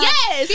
Yes